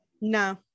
No